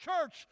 church